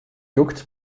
juckt